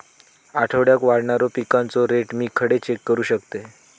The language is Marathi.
आठवड्याक वाढणारो पिकांचो रेट मी खडे चेक करू शकतय?